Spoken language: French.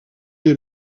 est